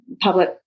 public